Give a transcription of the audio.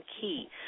key